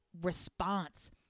response